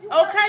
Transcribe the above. Okay